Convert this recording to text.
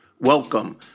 Welcome